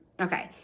Okay